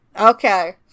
Okay